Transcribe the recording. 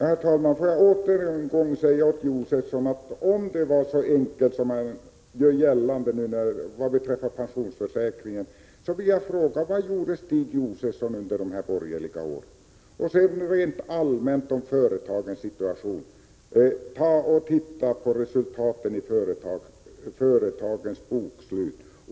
Herr talman! Får jag åter en gång vända mig till Stig Josefson. Om det var så enkelt som han gör gällande beträffande pensionsförsäkringen, vill jag fråga: Vad gjorde Stig Josefson under de borgerliga åren? Om företagens rent allmänna situation får ni besked, om ni tittar på resultaten i företagens bokslut.